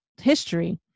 history